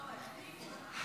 נאור החליף איתי.